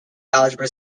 algebra